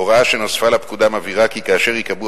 ההוראה שנוספה לפקודה מבהירה כי כאשר ייקבעו